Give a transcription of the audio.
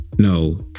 No